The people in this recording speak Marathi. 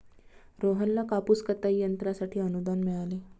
रोहनला कापूस कताई यंत्रासाठी अनुदान मिळाले